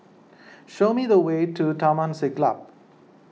show me the way to Taman Siglap